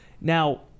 Now